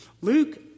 Luke